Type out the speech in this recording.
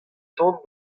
tan